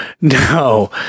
no